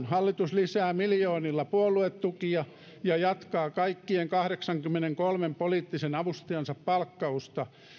hallitus lisää miljoonilla puoluetukia ja jatkaa kaikkien kahdeksankymmenenkolmen poliittisen avustajansa palkkausta